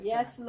Yes